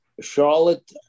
Charlotte